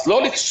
אז לא להשתלח.